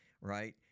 right